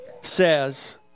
says